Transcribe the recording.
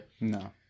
No